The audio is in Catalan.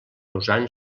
usant